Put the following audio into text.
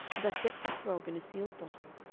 a dissected frog in a sealed bottle,